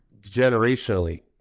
generationally